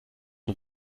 man